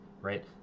right